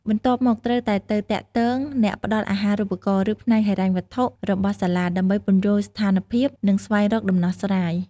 បន្ទាប់មក ត្រូវតែទៅទាក់ទងអ្នកផ្តល់អាហារូបករណ៍ ឬផ្នែកហិរញ្ញវត្ថុរបស់សាលា ដើម្បីពន្យល់ស្ថានភាព និងស្វែងរកដំណោះស្រាយ។